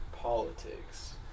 politics